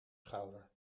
schouder